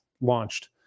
launched